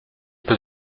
peu